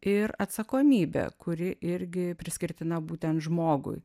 ir atsakomybę kuri irgi priskirtina būtent žmogui